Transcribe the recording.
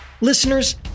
Listeners